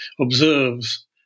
observes